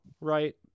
right